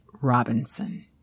Robinson